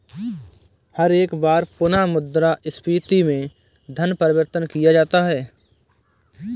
हर एक बार पुनः मुद्रा स्फीती में धन परिवर्तन किया जाता है